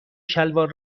شلوار